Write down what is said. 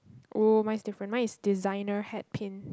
oh mine is different mine is designer hat pin